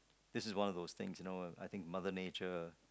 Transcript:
this is one of those things you know I think mother nature